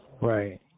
Right